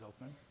open